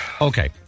Okay